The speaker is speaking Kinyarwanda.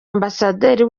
ambasaderi